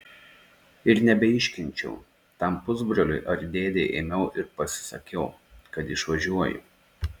ir nebeiškenčiau tam pusbroliui ar dėdei ėmiau ir pasisakiau kad išvažiuoju